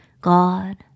God